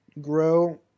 grow